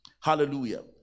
Hallelujah